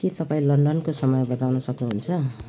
के तपाईँ लन्डनको समय बताउन सक्नुहुन्छ